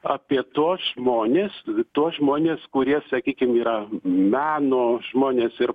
apie tuos žmones tuos žmones kurie sakykim yra meno žmonės ir